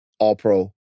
All-Pro